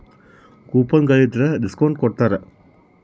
coupon ಗಳಿದ್ರ discount ಕೊಡ್ತಾರ